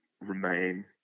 remain